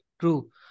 true